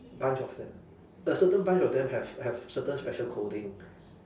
bunch of them a certain bunch of them have have certain special coding